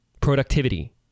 productivity